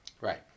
Right